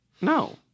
No